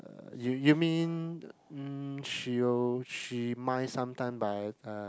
uh you you mean mm she'll she mind sometime but err